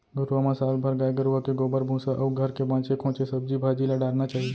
घुरूवा म साल भर गाय गरूवा के गोबर, भूसा अउ घर के बांचे खोंचे सब्जी भाजी ल डारना चाही